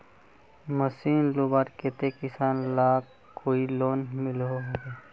Machine लुबार केते किसान लाक कोई लोन मिलोहो होबे?